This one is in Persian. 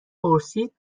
پرسید